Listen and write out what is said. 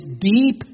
deep